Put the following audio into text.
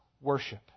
worship